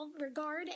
regard